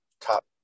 top